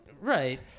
Right